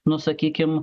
nu sakykim